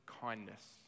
kindness